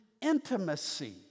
intimacy